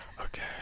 okay